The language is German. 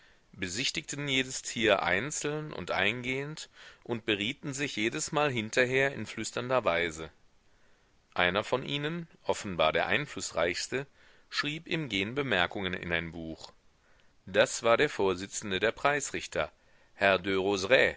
besichtigten jedes tier einzeln und eingehend und berieten sich jedesmal hinterher in flüsternder weise einer von ihnen offenbar der einflußreichste schrieb im gehen bemerkungen in ein buch das war der vorsitzende der preisrichter herr